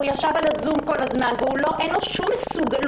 הוא צעיר שישב על הזום כל הזמן ואין לו שום מסוגלות,